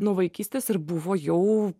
nuo vaikystės ir buvo jau